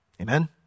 Amen